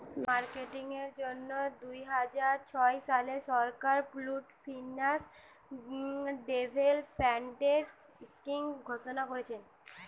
marketing এর জন্যে দুইহাজার ছয় সালে সরকার পুল্ড ফিন্যান্স ডেভেলপমেন্ট স্কিং ঘোষণা কোরেছে